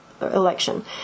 election